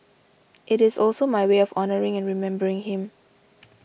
it is also my way of honouring and remembering him